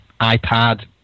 iPad